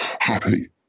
happy